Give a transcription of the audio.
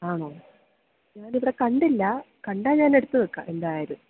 ആണോ ഞാനിവിടെ കണ്ടില്ല കണ്ടാൽ ഞാനെടുത്തു വെക്കാം എന്തായാലും